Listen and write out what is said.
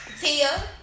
Tia